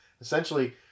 essentially